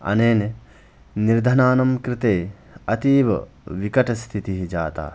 अनेन निर्धनानां कृते अतीवविकटस्थितिः जाता